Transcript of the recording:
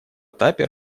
этапе